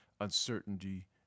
uncertainty